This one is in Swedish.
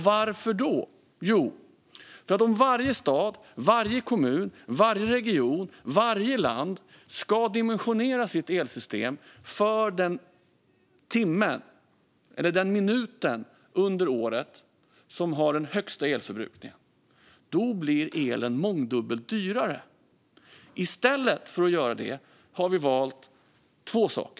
Varför då? Jo, för att om varje stad, varje kommun, varje region och varje land ska dimensionera sitt elsystem för den timme eller minut under året som har den högsta elförbrukningen blir elen mångdubbelt dyrare. I stället för att göra det har vi valt två saker.